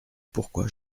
pourquoi